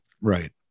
Right